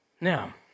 now